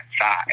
side